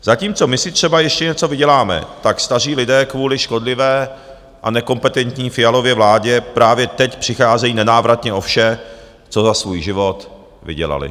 Zatímco my si třeba ještě něco vyděláme, tak staří lidé kvůli škodlivé a nekompetentní Fialově vládě právě teď přicházejí nenávratně o vše, co za svůj život vydělali.